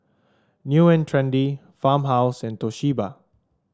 New And Trendy Farmhouse and Toshiba